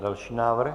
Další návrh.